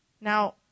Now